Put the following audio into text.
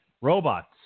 Robots